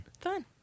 Fun